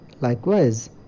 Likewise